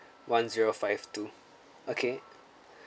one zero five two okay